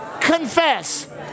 confess